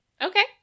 Okay